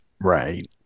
Right